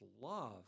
love